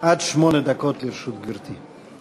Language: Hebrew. עד שמונה דקות לרשות גברתי.